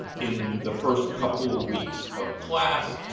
in the first couple of weeks of class.